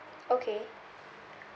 okay